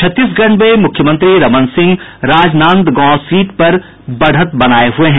छत्तीसगढ़ में मुख्यमंत्री Raman Singh Rajnandgaon seat से बढ़त बनाये हुए है